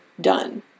done